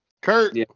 Kurt